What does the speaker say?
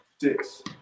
Six